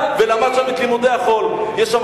זו מלחמת תרבות, אני אתך.